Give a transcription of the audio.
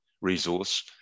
resource